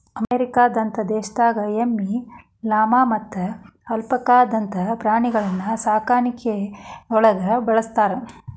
ಅಮೇರಿಕದಂತ ದೇಶದಾಗ ಎಮ್ಮಿ, ಲಾಮಾ ಮತ್ತ ಅಲ್ಪಾಕಾದಂತ ಪ್ರಾಣಿಗಳನ್ನ ಸಾಕಾಣಿಕೆಯೊಳಗ ಬಳಸ್ತಾರ